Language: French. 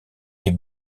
est